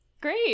Great